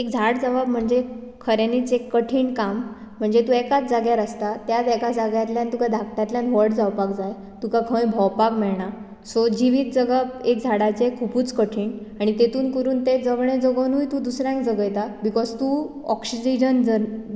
एक झाड जावप म्हणजे खऱ्यानीच एक कठीण काम म्हणजे तूं एकाच जाग्यार आसता त्या एका जाग्यांतल्यान धाकट्यांतल्यान तुका व्हड जावपाक जाय तुका खंय भोंवपाक मेळना सो जिवीत जगप एका झाडाचें खुबच कठीण आनी तातुन करुनय तूं दुसऱ्यांक जगयता बिकाँज तूं आक्सिजन